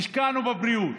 השקענו בבריאות,